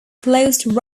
closed